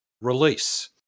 Release